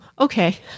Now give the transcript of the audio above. okay